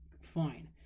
fine